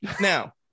Now